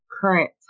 current